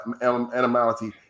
animality